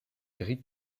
gris